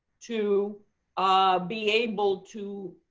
to ah be able to